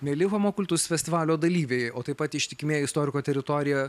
mieli homo kultus festivalio dalyviai o taip pat ištikimieji istoriko teritorija